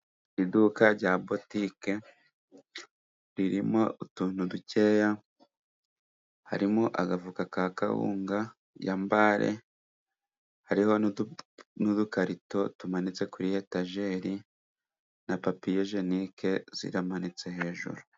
Iduka rya butike ririmo utuntu dukeya harimo agafuka ka kawunga yambare, hariho n'udukarito tumanitse kuri etajeri, na papiye jenike ziramanitse hejuru.